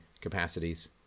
capacities